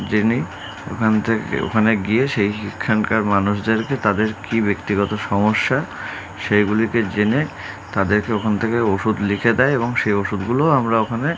জেনে ওখান থেকে ওখানে গিয়ে সেই সেখানকার মানুষদেরকে তাদের কী ব্যক্তিগত সমস্যা সেইগুলিকে জেনে তাদেরকে ওখান থেকে ওষুধ লিখে দেয় এবং সেই ওষুধগুলোও আমরা ওখানে